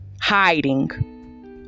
hiding